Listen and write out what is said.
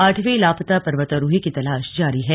आठवें लापता पर्वतारोही की तलाश जारी है